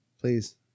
please